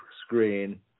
screen